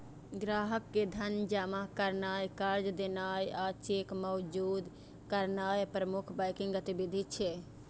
ग्राहक के धन जमा करनाय, कर्ज देनाय आ चेक मंजूर करनाय प्रमुख बैंकिंग गतिविधि छियै